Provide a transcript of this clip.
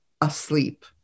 asleep